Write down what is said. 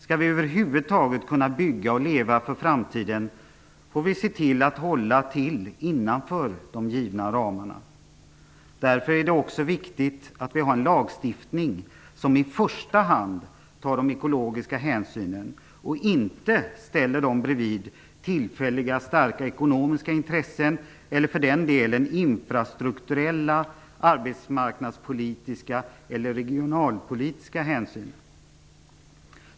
Skall vi över huvud taget kunna bygga och leva för framtiden, får vi se till att hålla till innanför de givna ramarna. Därför är det också viktigt att vi har en lagstiftning som i första hand tar de ekologiska hänsynen och inte ställer dem bredvid tillfälliga starka ekonomiska intressen eller för den delen infrastrukturella arbetsmarknadspolitiska eller regionalpolitiska hänsyn.